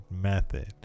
method